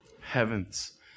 Heavens